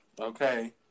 Okay